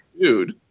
dude